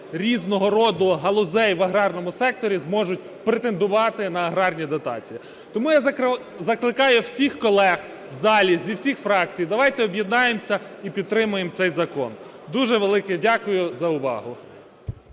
різного роду галузей в аграрному секторі зможуть претендувати на аграрні дотації. Тому я закликаю всіх колег в залі зі всіх фракцій, давайте об'єднаємося і підтримаємо цей закон. Дуже велике дякую за увагу!